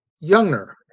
Younger